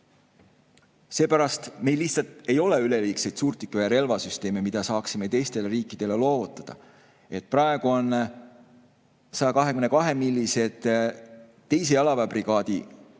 Seepärast meil lihtsalt ei ole üleliigseid suurtükiväe relvasüsteeme, mida saaksime teistele riikidele loovutada. Praegu on 122‑millimeetrised 2. jalaväebrigaadi koosseisus